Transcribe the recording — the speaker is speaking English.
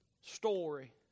story